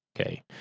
okay